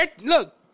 Look